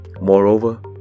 Moreover